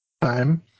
time